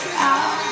out